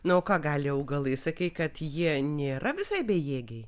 na o ką gali augalai sakei kad jie nėra visai bejėgiai